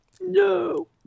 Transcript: No